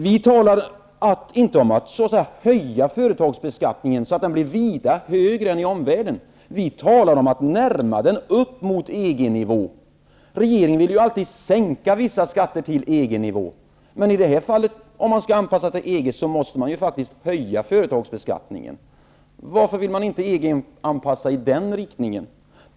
Vi talar inte om att höja företagsbeskattningen så att den blir vida högre än i omvärlden. Vi talar om att närma den upp mot EG-nivå. Regeringen vill ju sänka vissa skatter till EG-nivå. Men om vi skall anpassa till EG i det här fallet, måste vi faktiskt höja företagsbeskattningen. Varför vill ni inte EG anpassa i den riktningen?